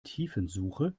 tiefensuche